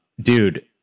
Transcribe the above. dude